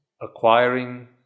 acquiring